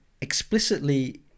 explicitly